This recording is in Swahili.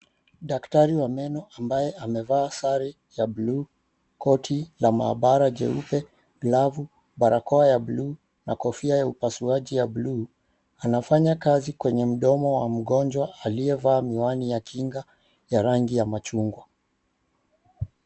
Daktari wa meno ambaye amevaa sare ya buluu, koti la mahabara jeupe, glavu barakoa ya buluu na kofia ya upasuaji ya buluu. Anafanya kazi kwenye mdomo wa mgonjwa aliyevaa miwani ya kinga ya rangi ya machungwa.